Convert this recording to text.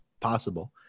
possible